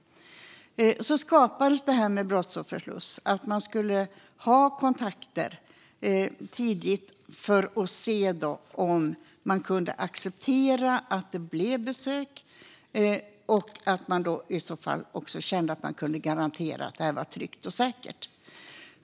Då skapades detta med brottsofferslussar. Det innebar att man skulle ha kontakter tidigt för att se om man kunde acceptera att det blev besök och att man då i så fall också kände att man kunde garantera att detta var tryggt och säkert.